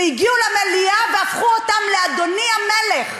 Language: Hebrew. והגיעו למליאה, והפכו אותם לאדוני המלך,